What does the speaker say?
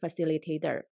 Facilitator